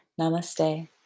Namaste